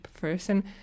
person